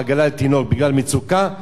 עגלה לתינוק בגלל מצוקה,